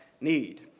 need